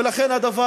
ולכן הדבר